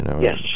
Yes